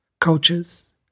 cultures